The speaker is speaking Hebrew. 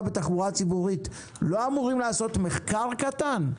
בתחבורה הציבורית לא אמורים לעשות מחקר קטן?